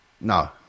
No